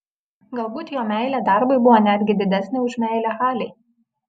galbūt jo meilė darbui buvo netgi didesnė už meilę halei